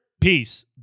peace